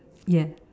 yes